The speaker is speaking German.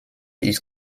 ist